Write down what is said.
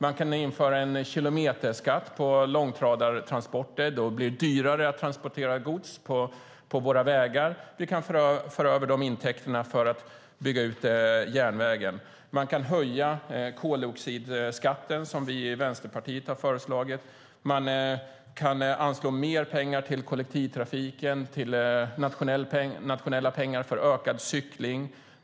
Man kan införa en kilometerskatt på långtradartransporter. Då blir det dyrare att transportera gods på våra vägar, och man kan föra över de intäkterna för att bygga ut järnvägen. Man kan höja koldioxidskatten, som vi i Vänsterpartiet har föreslagit. Man kan anslå mer pengar till kollektivtrafiken och för nationella pengar för ökad cykling.